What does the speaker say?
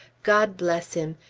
god bless him!